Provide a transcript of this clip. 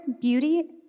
beauty